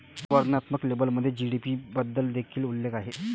वर्णनात्मक लेबलमध्ये जी.डी.पी बद्दल देखील उल्लेख आहे